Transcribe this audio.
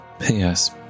Yes